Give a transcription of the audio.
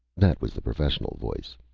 that was the professional voice.